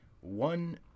One